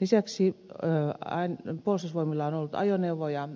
lisäksi puolustusvoimilla on ollut ajoneuvoja